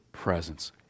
presence